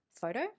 photo